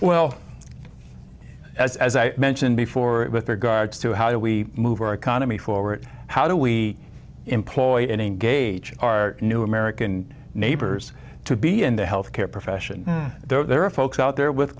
well as as i mentioned before with regards to how do we move our economy forward how do we employ and engage our new american neighbors to be in the health care profession there are folks out there with